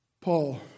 Paul